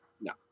No